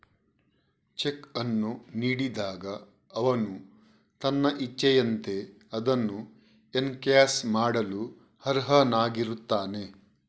check ಅನ್ನು ನೀಡಿದಾಗ ಅವನು ತನ್ನ ಇಚ್ಛೆಯಂತೆ ಅದನ್ನು ಎನ್ಕ್ಯಾಶ್ ಮಾಡಲು ಅರ್ಹನಾಗಿರುತ್ತಾನೆ